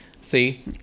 See